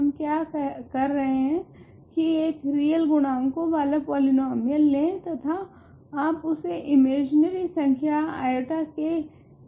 हम क्या कर रहे है की एक रियल गुणांकों वाला पॉलीनोमीयल ले तथा आप उसे इमेजीनरी संख्या i के लिए ज्ञात करे